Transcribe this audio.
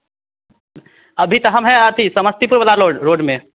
अभी तो हम हैं अथि समस्तीपुर बना रोड रोड में